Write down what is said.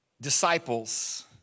disciples